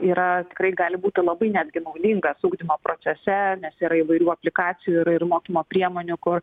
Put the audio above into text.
yra tikrai gali būti labai netgi naudingas ugdymo procese nes yra įvairių aplikacijų ir ir mokymo priemonių kur